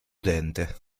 utente